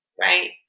right